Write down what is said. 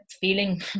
feeling